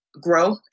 grow